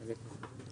בקצרה.